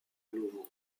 nouveau